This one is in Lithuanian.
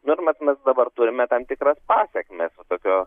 nu ir mes mes dabar turime tam tikras pasekmes va tokio